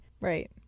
Right